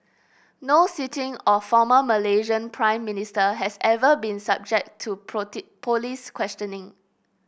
no sitting or former Malaysian Prime Minister has ever been subject to police questioning